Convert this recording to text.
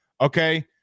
Okay